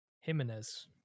Jimenez